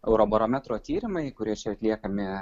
eurobarometro tyrimai kurie čia atliekami